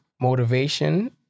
motivation